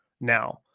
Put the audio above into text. now